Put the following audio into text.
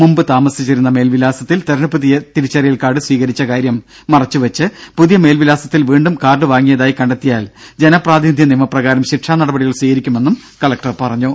മുമ്പ് താമസിച്ചിരുന്ന മേൽവിലാസത്തിൽ തെരഞ്ഞെടുപ്പ് തിരിച്ചറിയൽ കാർഡ് സ്വീകരിച്ച കാര്യം മറച്ചുവെച്ച് പുതിയ മേൽവിലാസത്തിൽ വീണ്ടും കാർഡ് വാങ്ങിയതായി കണ്ടെത്തിയാൽ ജനപ്രാതിനിധ്യ നിയമപ്രകാരം ശിക്ഷാ നടപടികൾ സ്വീകരിക്കുമെന്നും കലക്ടർ പറഞ്ഞു